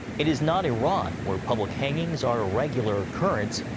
it is not iran, where public hangings are a regular occurrence.